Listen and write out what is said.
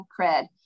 cred